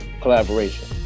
collaboration